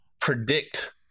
predict